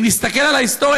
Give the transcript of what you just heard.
אם נסתכל על ההיסטוריה,